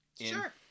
sure